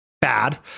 bad